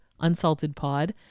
unsaltedpod